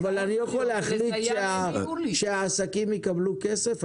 אני יכול להחליט שהעסקים יקבלו כסף?